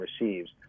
receives—